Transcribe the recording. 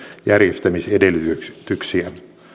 järjestämisedellytyksiä